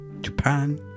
Japan